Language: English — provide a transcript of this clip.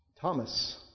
Thomas